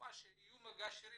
כלומר שיהיו מגשרים